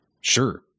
sure